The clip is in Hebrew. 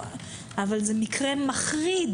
אבל זה מקרה מחריד